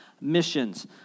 missions